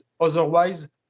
otherwise